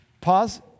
Pause